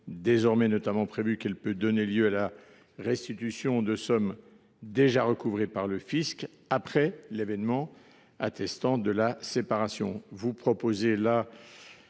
est notamment prévu que celle ci peut donner lieu à la restitution de sommes déjà recouvrées par le fisc après l’événement attestant de la séparation.